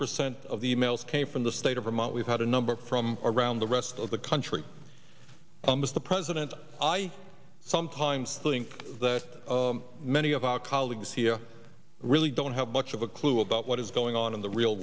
percent of the e mails came from the state of vermont we've had a number from around the rest of the country mr president i sometimes think that many of our colleagues here really don't have much of a clue about what is going on in the real